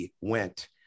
went